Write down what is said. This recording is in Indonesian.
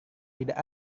tidak